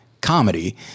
comedy